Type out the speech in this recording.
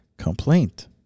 Complaint